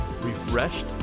refreshed